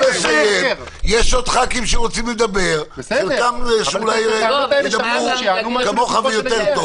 --- יש עוד חברי כנסת שרוצים לדבר ואולי גם ידברו כמוך ויותר טוב.